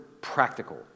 practical